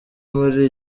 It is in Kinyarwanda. muri